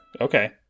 okay